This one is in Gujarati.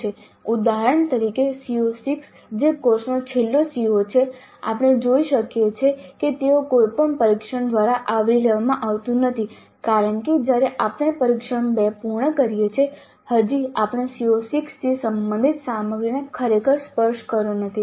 ઉદાહરણ તરીકે CO6 જે કોર્સનો છેલ્લો CO છે આપણે જોઈ શકીએ છીએ કે તે કોઈપણ પરીક્ષણ દ્વારા આવરી લેવામાં આવતું નથી કારણ કે જ્યારે આપણે પરીક્ષણ 2 પૂર્ણ કરીએ છીએ હજી આપણે CO6 થી સંબંધિત સામગ્રીને ખરેખર સ્પર્શ કર્યો નથી